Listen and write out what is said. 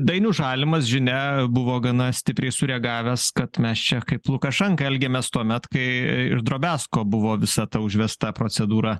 dainius žalimas žinia buvo gana stipriai sureagavęs kad mes čia kaip lukašenka elgiamės tuomet kai ir drobiazko buvo visa ta užvesta procedūra